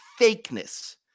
fakeness